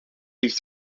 ils